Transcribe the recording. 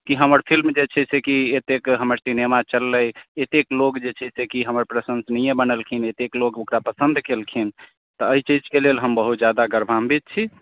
की हमर फिल्म जे छै से कि एतेक हमर सिनेमा चललै एतेक लोक जे छै से कि हमर प्रशंसनीय बनेलखिन एतेक लोक ओकरा पसन्द केलखिन तऽ एहिचीजके लेल हम बहुत ज्यादा गर्वान्वित छी